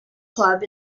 club